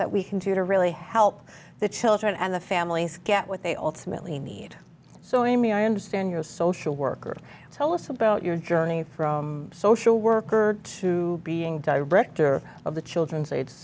that we can do to really help the children and the families get what they all smily need so amy i understand you're a social worker tell us about your journey from social worker to being director of the children's